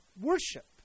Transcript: worship